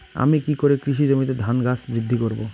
আমি কী করে কৃষি জমিতে ধান গাছ বৃদ্ধি করব?